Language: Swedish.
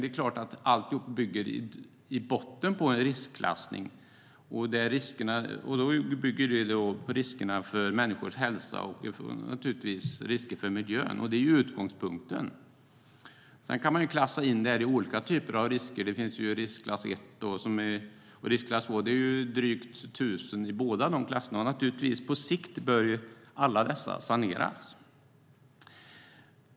Det är klart att alltihop i botten bygger på en riskklassning gällande riskerna för människors hälsa och naturligtvis riskerna för miljön. Det är utgångspunkten. Sedan kan man klassa in det i olika typer av risker. Det finns riskklass 1 och riskklass 2, och det är drygt 1 000 i båda klasserna. Naturligtvis bör alla dessa saneras på sikt.